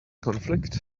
conflict